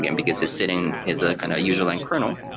and because it's sitting as a kind of user lane kernel.